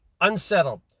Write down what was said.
unsettled